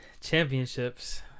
championships